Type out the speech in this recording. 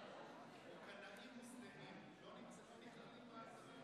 או קנאים מוסלמים לא נכללים בהגדרה הזאת?